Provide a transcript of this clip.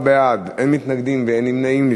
14 בעד, אין מתנגדים ואין נמנעים.